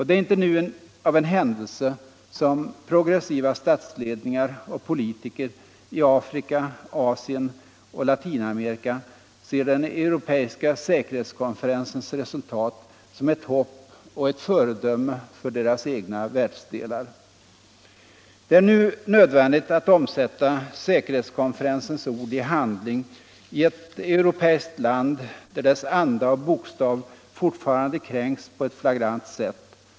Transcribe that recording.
Det är inte av en händelse som progressiva statsledningar och politiker i Afrika, Asien och Latinamerika ser den europeiska säkerhetskonferensens resultat som ett hopp och ett föredöme för deras egna världsdelar. Det är nu nödvändigt att omsätta säkerhetskonferensens ord i handling 1 ett europeiskt land där dess anda och bokstav alltjämt kränks på ett flagrant sätt.